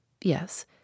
Yes